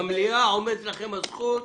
במליאה עומדת לכם הזכות.